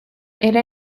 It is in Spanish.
era